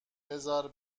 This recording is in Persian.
بزار